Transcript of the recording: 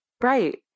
Right